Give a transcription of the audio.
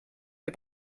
wir